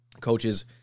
coaches